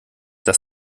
das